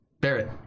Barrett